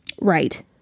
right